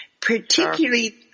Particularly